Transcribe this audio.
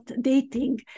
dating